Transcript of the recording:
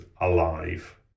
alive